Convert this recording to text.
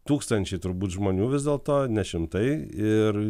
tūkstančiai turbūt žmonių vis dėlto ne šimtai ir